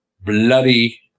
bloody